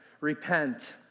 repent